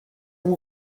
vous